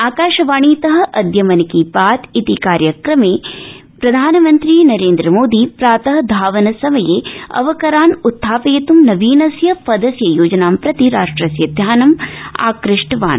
आकाशवाणीत अद्य मन की बात इति कार्यक्रमे प्रधानमन्त्री नरेन्द्र मोदी प्रात धावनसमये अवकरान् उत्थापयित् नवीनस्य पदस्य योजनां प्रति राष्ट्रस्य ध्यानम् आक़ष्टवान्